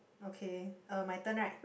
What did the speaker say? okay my turn right